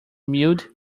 mild